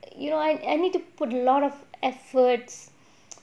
you know I I need to put a lot of efforts